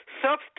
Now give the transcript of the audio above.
substance